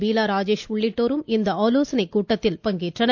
பீலா ராஜேஷ் உள்ளிட்டோரும் இந்த ஆலோசனைக் கூட்டத்தில் பங்கேற்றனர்